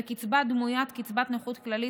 וקצבה דמוית קצבת נכות כללית,